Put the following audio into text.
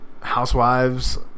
Housewives